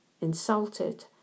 insulted